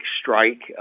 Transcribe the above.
strike